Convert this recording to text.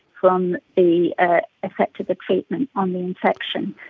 from the ah effect of the treatment on the infection.